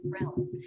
realm